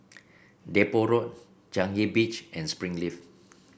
Depot Road Changi Beach and Springleaf